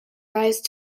rise